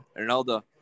Ronaldo